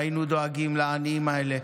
והיינו דואגים לעניים האלה.